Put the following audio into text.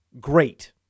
great